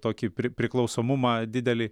tokį priklausomumą didelį